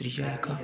त्रिया जेह्का